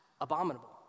abominable